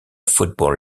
football